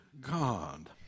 God